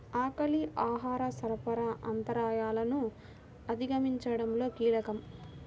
ఆకలి ఆహార సరఫరా అంతరాయాలను అధిగమించడంలో కీలకం